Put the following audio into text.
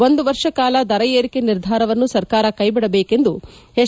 ಒಂದು ವರ್ಷ ಕಾಲ ದರ ಏರಿಕೆ ನಿರ್ಧಾರವನ್ನು ಸರ್ಕಾರ ಕೈಬಿಡಬೇಕೆಂದು ಎಚ್